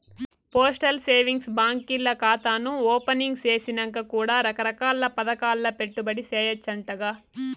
postal savings బాంకీల్ల కాతాను opening సేసినంక కూడా రకరకాల్ల పదకాల్ల పెట్టుబడి సేయచ్చంటగా